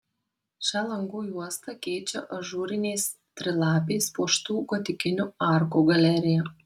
šią langų juostą keičia ažūriniais trilapiais puoštų gotikinių arkų galerija